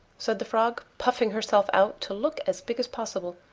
said the frog, puffing herself out to look as big as possible.